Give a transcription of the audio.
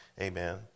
Amen